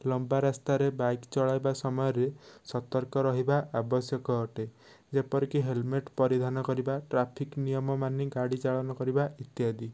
ଲମ୍ବାରାସ୍ତାରେ bike ଚଳାଇବା ସମୟରେ ସତର୍କ ରହିବା ଆବଶ୍ୟକ ଅଟେ ଯେପରିକି ହେଲମେଟ ପରିଧାନ କରିବା ଟ୍ରାଫିକ ନିୟମ ମାନି ଗାଡ଼ି ଚାଳନା କରିବା ଇତ୍ୟାଦି